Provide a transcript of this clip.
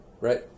right